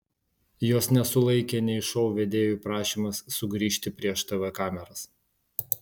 jos nesulaikė nei šou vedėjų prašymas sugrįžti prieš tv kameras